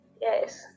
Yes